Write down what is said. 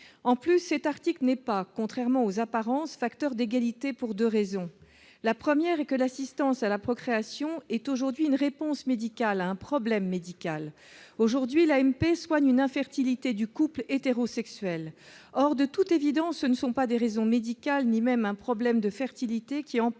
De plus, cet article n'est pas, contrairement aux apparences, facteur d'égalité, et ce pour deux raisons. La première est que l'assistance à la procréation est aujourd'hui une réponse médicale à un problème médical. À l'heure actuelle, l'AMP soigne une infertilité du couple hétérosexuel. Or, de toute évidence, ce ne sont pas des raisons médicales, ni même des problèmes de fertilité, qui empêchent